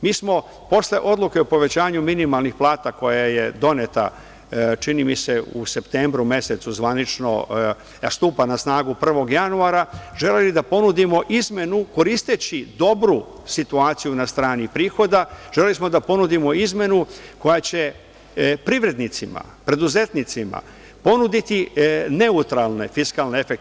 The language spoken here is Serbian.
Mi smo posle odluke o povećanju minimalnih plata koja je doneta, čini mi se u septembru mesecu zvanično, a stupa na snagu 1. januara, želeli da ponudimo izmenu koristeći dobru situaciju na strani prihoda, želeli smo da ponudimo izmenu koja će privrednicima, preduzetnicima ponuditi neutralne fiskalne efekte.